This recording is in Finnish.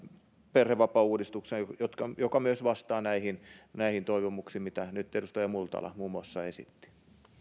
perhevapaauudistuksen joka myös vastaa näihin näihin toivomuksiin joita nyt edustaja multala muun muassa esitti